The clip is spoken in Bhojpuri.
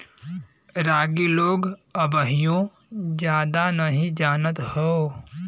रागी लोग अबहिओ जादा नही जानत हौ